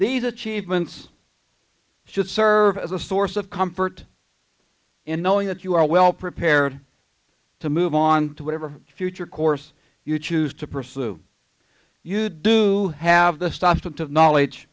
these achievements should serve as a source of comfort in knowing that you are well prepared to move on to whatever future course you choose to pursue you do have the stop of knowledge